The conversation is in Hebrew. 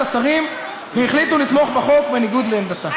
השרים והחליטו לתמוך בחוק בניגוד לעמדתה.